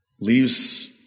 leaves